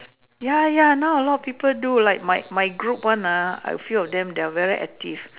ya ya not a lot people do like my my group on the I feel them are very active